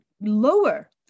lower